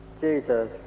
Jesus